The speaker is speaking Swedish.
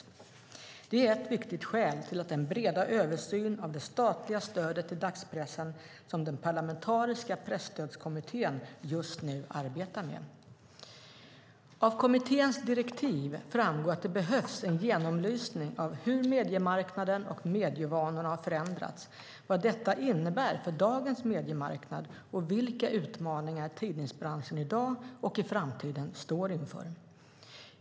Detta är ett viktigt skäl till den breda översyn av det statliga stödet till dagspressen som den parlamentariska Presstödskommittén just nu arbetar med. Av kommitténs direktiv framgår att det behövs en genomlysning av hur mediemarknaden och medievanorna har förändrats, vad detta innebär för dagens mediemarknad och vilka utmaningar tidningsbranschen i dag och i framtiden står inför.